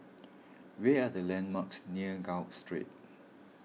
where are the landmarks near Gul Street